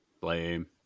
Blame